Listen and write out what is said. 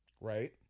Right